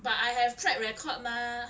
but I have track record mah